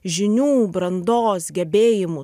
žinių brandos gebėjimų